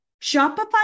Shopify